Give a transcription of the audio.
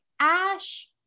ash